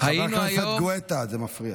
היינו היום, חבר הכנסת גואטה, זה מפריע.